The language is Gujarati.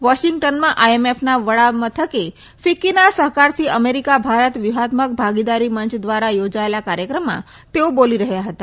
વોશીગ્ટનમાં આઇએમએફના વડા મથકે ફીકકીના સહકારથી અમેરીકા ભારત વ્યુહાત્મક ભાગીદારી મંય ધ્વારા થોજાયેલા કાર્યક્રમમાં તેઓ બોલી રહયાં હતા